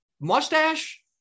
mustache